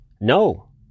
no